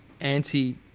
anti